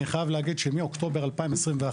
אני חייב להגיד שמאוקטובר 2021,